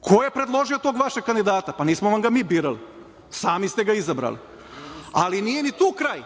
Ko je predložio tog vašeg kandidata? Nismo vam ga mi birali, sami ste ga izabrali. Ali, nije ni tu kraj.